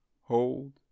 Hold